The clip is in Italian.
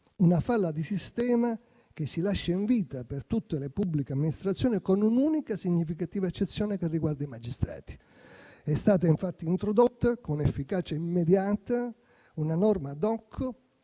una falla di sistema che si lascia in vita per tutte le pubbliche amministrazioni, con un'unica significativa eccezione che riguarda i magistrati. È stata infatti introdotta, con efficacia immediata, una norma *ad hoc*